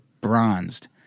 bronzed